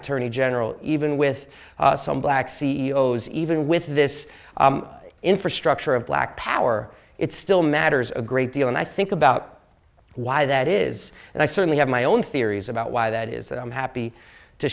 attorney general even with some black c e o s even with this infrastructure of black power it still matters a great deal and i think about why that is and i certainly have my own theories about why that is that i'm happy to